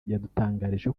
yadutangarije